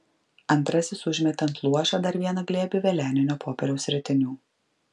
antrasis užmetė ant luošio dar vieną glėbį veleninio popieriaus ritinių